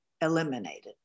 eliminated